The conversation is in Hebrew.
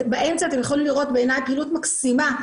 באמצע אתם יכולים פעילות מקסימה,